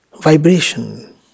vibration